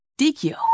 DQ